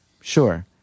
Sure